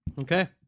Okay